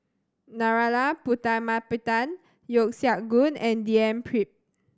Narana Putumaippittan Yeo Siak Goon and D N Pritt